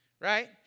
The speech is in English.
right